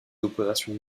opérations